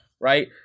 right